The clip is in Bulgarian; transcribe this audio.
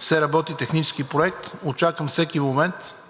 се работи технически проект,